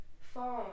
phone